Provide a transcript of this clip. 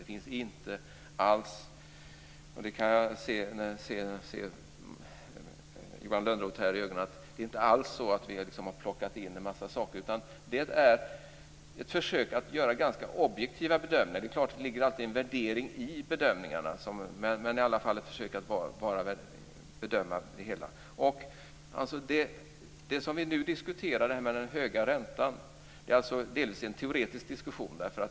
Det är inte alls så - och jag kan se Johan Lönnroth i ögonen - att vi har plockat in en massa saker. Det är ett försök att göra ganska objektiva bedömningar. Det är klart att det alltid ligger en värdering i bedömningarna, men det är i alla fall ett försök att bedöma det hela. Det vi nu diskuterar, det här med den höga räntan, är alltså delvis en teoretisk diskussion.